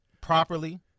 properly